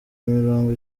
mirongo